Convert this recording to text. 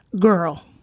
girl